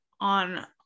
on